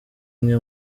imwe